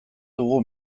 dugu